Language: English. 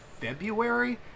February